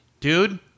Dude